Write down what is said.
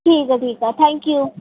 ठीक ऐ ठीक ऐ थैंक यू